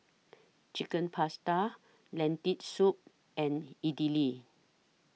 Chicken Pasta Lentil Soup and Idili